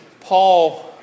Paul